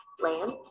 land